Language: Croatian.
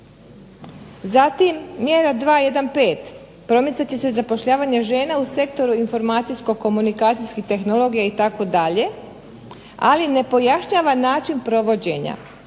Zatim, mjera 215 promicat će se zapošljavanje žena u sektoru informacijsko-komunikacijskih tehnologija itd. Ali ne pojašnjava način provođenja